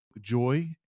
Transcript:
joy